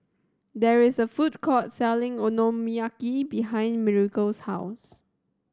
there is a food court selling Okonomiyaki behind Miracle's house